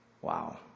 Wow